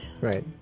Right